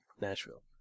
Nashville